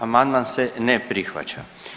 Amandman se ne prihvaća.